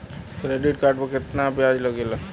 Credit card पर कितना ब्याज लगेला?